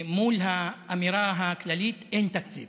מול האמירה הכללית "אין תקציב".